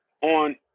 on